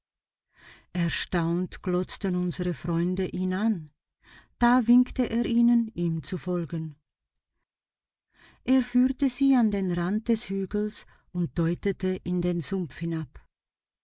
erstaunt glotzten unsere freunde ihn an da winkte er ihnen ihm zu folgen er führte sie an den rand des hügels und deutete in den sumpf hinab